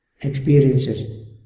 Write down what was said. experiences